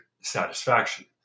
satisfaction